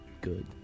good